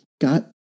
got